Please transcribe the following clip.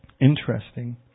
Interesting